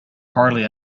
hardly